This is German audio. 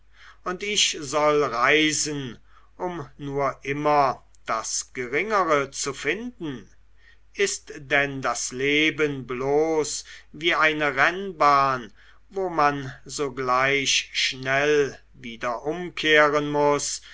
und ich soll reisen um nur immer das geringere zu finden ist denn das leben bloß wie eine rennbahn wo man sogleich schnell wieder umkehren muß